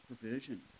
provision